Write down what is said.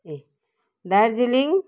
Darjeeling